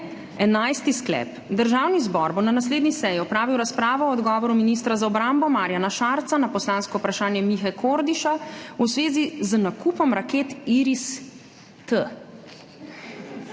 Enajsti sklep: Državni zbor bo na naslednji seji opravil razpravo o odgovoru ministra za obrambo Marjana Šarca na poslansko vprašanje Mihe Kordiša v zvezi z nakupom raket IRIS-T.